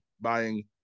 buying